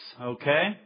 okay